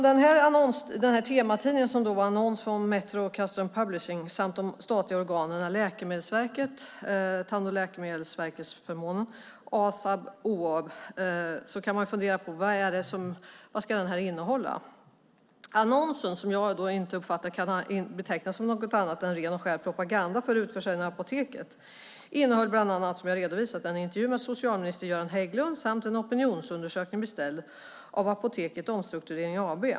Denna tematidning är en annons från Metro Custom Publishing samt de statliga organen Läkemedelsverket, Tandvårds och läkemedelsförmånsverket, Asab och OAB. Då kan man fundera på vad den ska innehålla. Jag uppfattar att annonsen inte kan betecknas som annat än ren och skär propaganda för utförsäljningen av Apoteket AB. Den innehåller bland annat en intervju med socialminister Göran Hägglund och en opinionsundersökning beställd av Apoteket Omstrukturering AB.